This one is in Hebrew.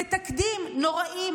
בתקדים נוראי,